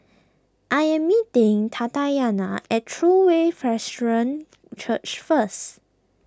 I am meeting Tatyana at True Way Presbyterian Church first